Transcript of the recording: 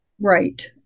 Right